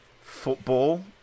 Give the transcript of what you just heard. football